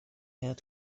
had